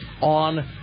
on